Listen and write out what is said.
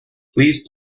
please